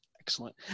Excellent